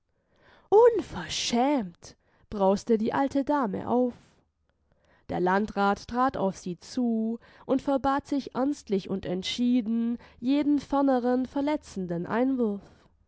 unverschämt brauste die alte dame auf der landrat trat auf sie zu und verbat sich ernstlich und entschieden jeden ferneren verletzenden einwurf